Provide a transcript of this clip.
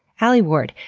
alie ward,